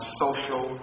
social